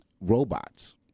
robots